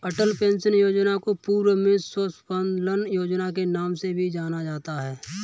अटल pension योजना को पूर्व में स्वाबलंबन योजना के नाम से भी जाना जाता था